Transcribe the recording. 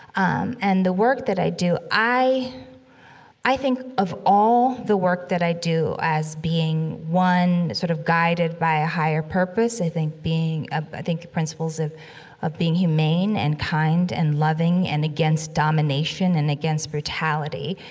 um, and the work that i do, i i think of all the work that i do as being one, sort of guided by a higher purpose, i think, being, ah i think the principles of of being humane, and kind, and loving, and against domination, and against brutality,